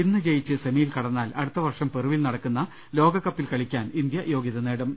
ഇന്ന് ജയിച്ച് സെമിയിൽ കടന്നാൽ അടുത്ത വ്വർഷം പെറുവിൽ നട ക്കുന്ന ലോകകപ്പിൽ കളിക്കാൻ ഇന്ത്യ യോഗ്യത നേടും